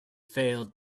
failed